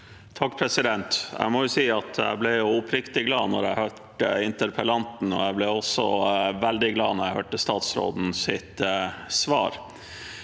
Jeg må si at jeg ble oppriktig glad da jeg hørte interpellanten, og jeg ble også veldig glad da jeg hørte statsrådens svar.